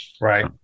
Right